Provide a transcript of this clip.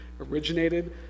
originated